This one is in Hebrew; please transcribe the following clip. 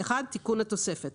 תיקון התוספת